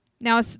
Now